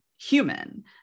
human